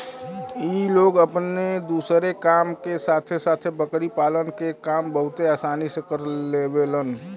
इ लोग अपने दूसरे काम के साथे साथे बकरी पालन के काम बहुते आसानी से कर लेवलन